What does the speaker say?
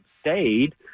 stayed